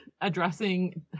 addressing